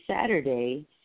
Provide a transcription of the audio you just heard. Saturday